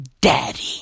daddy